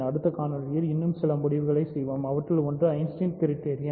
அடுத்த காணொளியில் இன்னும் சில முடிவுகளை செய்வோம் அவற்றில் ஒன்று ஐன்ஸ்டீன் கிரிடரியன்